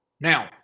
Now